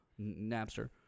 Napster